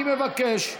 אני מבקש,